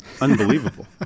unbelievable